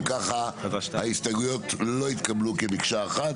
הצבעה ההסתייגויות נדחו אם ככה ההסתייגויות לא התקבלו כמקשה אחת.